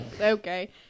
Okay